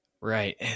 Right